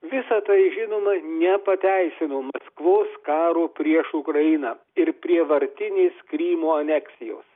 visa tai žinoma nepateisino maskvos karo prieš ukrainą ir prievartinės krymo aneksijos